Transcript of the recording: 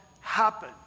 happen